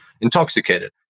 intoxicated